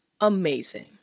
amazing